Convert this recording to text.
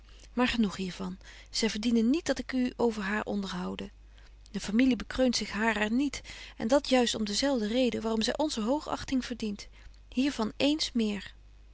maar genoeg hier van zy verdienen niet dat ik u over haar onderhoude de familie bekreunt zich harer niet en dat juist om dezelfde reden waarom zy onze hoogachting verdient hier van eens méér